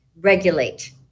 regulate